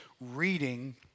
reading